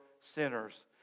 sinners